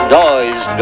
noise